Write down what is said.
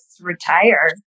retire